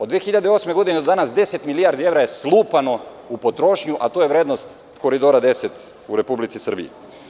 Od 2008. godine do danas 10 milijardi evra je slupano u potrošnju, a to je vrednost Koridora 10 u Republici Srbiji.